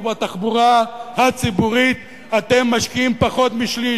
ובתחבורה הציבורית אתם משקיעים פחות משליש,